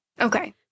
Okay